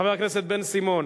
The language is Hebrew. חבר הכנסת בן-סימון,